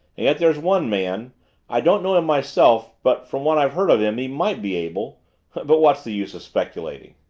and yet there's one man i don't know him myself but from what i've heard of him, he might be able but what's the use of speculating?